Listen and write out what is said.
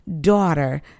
daughter